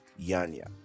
Yanya